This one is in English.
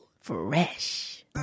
Fresh